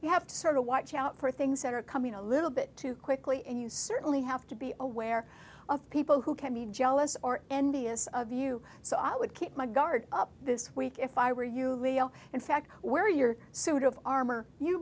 you have to sort of watch out for things that are coming a little bit too quickly and you certainly have to be aware of people who can be jealous or envious of you so i would keep my guard up this week if i were you in fact wear your suit of armor you